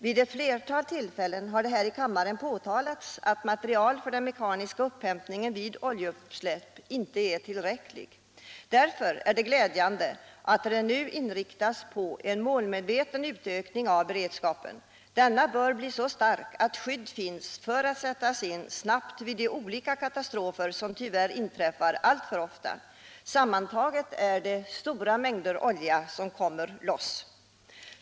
Vid ett flertal tillfällen har det här i kammaren påtalats att materiel för mekanisk upphämtning av olja inte är tillräckligt vid oljeutsläpp. Därför är det glädjande att man nu inriktar sig på en målmedveten utökning av beredskapen. Denna bör bli så stark att skydd finns som kan sättas in snabbt vid de olika katastrofer som tyvärr inträffar alltför ofta. Sammanlagt är det stora mängder olja som kommer loss.